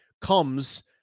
comes